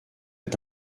est